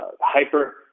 Hyper